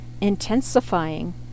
intensifying